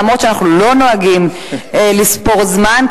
אף שאנחנו לא נוהגים לספור זמן,